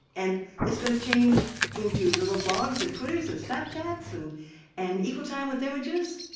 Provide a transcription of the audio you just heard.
and it's going to change into little blogs and twitters and snapchats and and equal time with images.